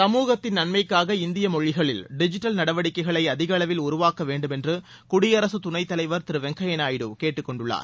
சமூகத்தின் நன்மைக்காக இந்திய மொழிகளில் டிஜிட்டல் நடவடிக்கைகளை அதிக அளவில் உருவாக்க வேண்டுமென்று குடியரசு துணைத் தலைவர் திரு வெங்கப்ய நாயுடு கேட்டுக் கொண்டுள்ளார்